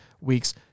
week's